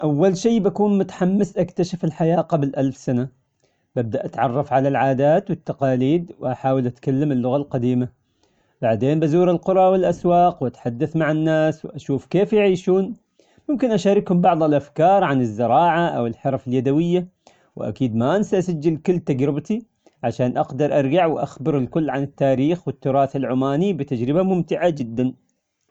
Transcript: أول شيء بكون متحمس أكتشف الحياة قبل ألف سنة. ببدأ أتعرف على العادات والتقاليد ، وأحاول أتكلم اللغة القديمة. بعدين بزور القرى والأسواق وأتحدث مع الناس وأشوف كيف يعيشون. ممكن أشاركهم بعض الأفكار عن الزراعة أو الحرف اليدوية. وأكيد ما أنسى أسجل كل تجربتي عشان أقدر أرجع وأخبر الكل عن التاريخ والتراث العماني بتجربة ممتعة جدا.